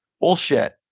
Bullshit